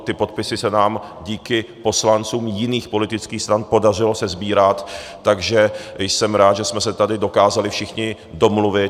Ty podpisy se nám díky poslancům jiných politických stran podařilo sesbírat, takže jsem rád, že jsme se tady dokázali všichni domluvit.